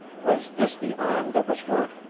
was this the arm that was hurt?